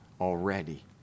already